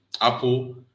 Apple